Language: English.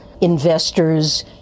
investors